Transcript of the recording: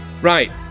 Right